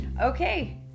okay